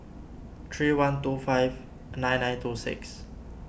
three one two five nine nine two six